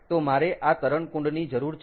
તો મારે ગરમ તરણકુંડની જરૂર છે